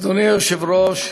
אדוני היושב-ראש,